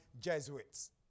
Jesuits